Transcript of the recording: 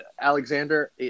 Alexander